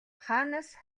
хаанаас